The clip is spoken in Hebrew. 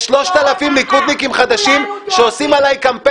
יש 3,000 ליכודניקים חדשים שעושים עלי קמפיין